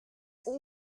what